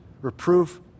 reproof